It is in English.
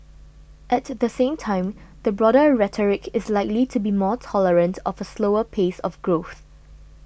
at the same time the broader rhetoric is likely to be more tolerant of a slower pace of growth